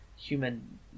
human